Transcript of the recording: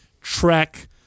trek